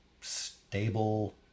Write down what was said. stable